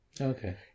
Okay